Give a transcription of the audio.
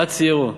עד צעירו.